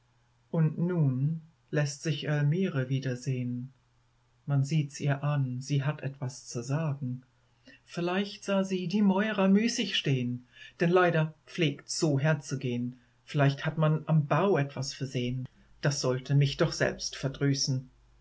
und nun läßt sich elmire wieder sehn man siehts ihr an sie hat etwas zu sagen vielleicht sah sie die mäurer müßig stehn denn leider pflegts so herzugehn vielleicht hat man am bau etwas versehn das sollte mich doch selbst verdrüßen